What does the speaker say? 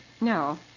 No